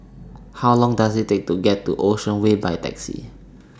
How Long Does IT Take to get to Ocean Way By Taxi